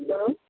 hello